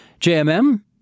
JMM